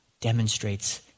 demonstrates